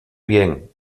bien